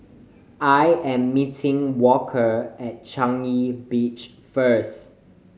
I am meeting Walker at Changi Beach first